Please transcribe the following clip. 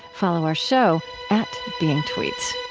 follow our show at beingtweets